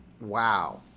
Wow